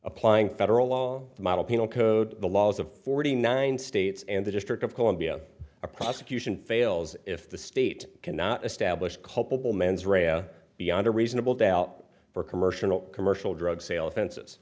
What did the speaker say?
applying federal law model penal code the laws of forty nine states and the district of columbia a prosecution fails if the state cannot establish culpable mens rea beyond a reasonable doubt for commercial commercial drug sales fences